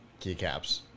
keycaps